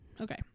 Okay